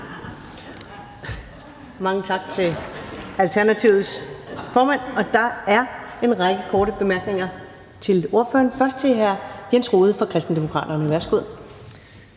Mange tak til Alternativets formand. Der er en række korte bemærkninger til ordføreren. Den første er fra hr. Jens Rohde fra Kristendemokraterne. Værsgo.